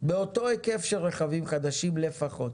באותו היקף של רכבים חדשים לפחות.